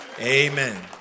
Amen